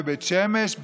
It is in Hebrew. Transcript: בבית שמש,